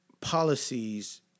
policies